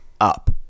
Up